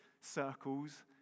circles